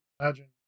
imagine